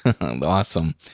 Awesome